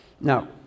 Now